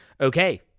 okay